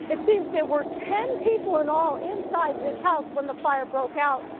it seems there were ten people in all inside this house when the fire broke out.